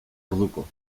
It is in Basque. orduko